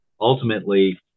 ultimately